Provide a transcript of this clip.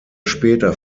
später